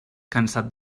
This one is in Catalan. cansat